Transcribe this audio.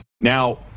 now